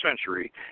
century